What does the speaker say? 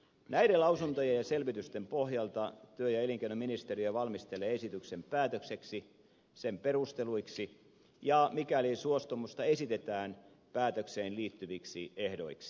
näiden lausuntojen ja selvitysten pohjalta työ ja elinkeinoministeriö valmistelee esityksen päätökseksi sen perusteluiksi ja mikäli suostumusta esitetään päätökseen liittyviksi ehdoiksi